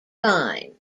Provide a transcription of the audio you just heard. line